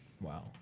Wow